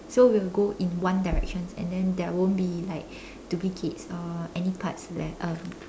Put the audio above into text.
so we'll go in one directions and then there won't be like duplicates or any parts that uh